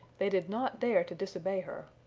they did not dare to disobey her.